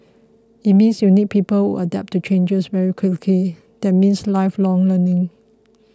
it means you need people who adapt to changes very quickly that means lifelong learning